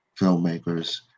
filmmakers